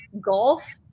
golf